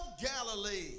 Galilee